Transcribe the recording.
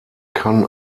kann